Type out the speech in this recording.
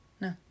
no